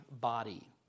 body